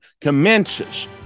commences